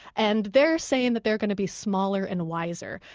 and they're saying that they are going to be smaller and wiser.